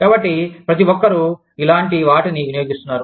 కాబట్టి ప్రతి ఒక్కరూ ఇలాంటి వాటిని వినియోగిస్తున్నారు